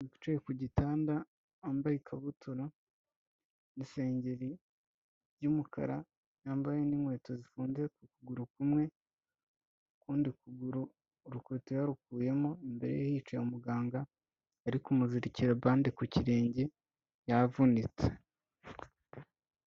Ni umuntu wicaye ku gitanda wambaye ikabutura n'isengeri y'umukara, yambaye n'inkweto zifunze ku kuguru kumwe, ukundi kuguru urukweta yarukuyemo, imbereye hicaye muganga ari kumuzirikira bande ku kirenge yavunitse.